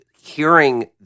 hearing